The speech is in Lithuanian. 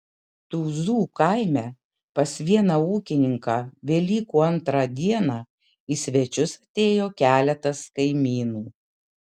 tuzų kaime pas vieną ūkininką velykų antrą dieną į svečius atėjo keletas kaimynų